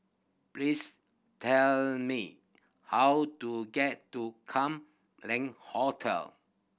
please tell me how to get to Kam Leng Hotel